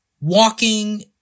walking